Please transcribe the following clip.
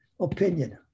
opinion